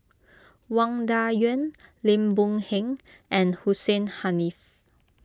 Wang Dayuan Lim Boon Heng and Hussein Haniff